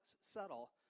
subtle